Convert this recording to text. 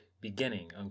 beginning